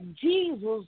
Jesus